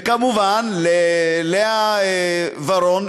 וכמובן ללאה ורון,